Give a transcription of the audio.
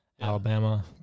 Alabama